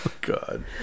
God